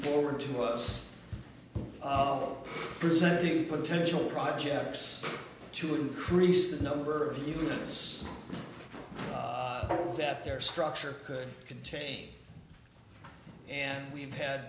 forward to us presenting potential projects to increase the number of units that their structure could contain and we've had